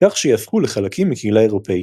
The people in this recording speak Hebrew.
כך שיהפכו לחלקים מקהילה אירופאית.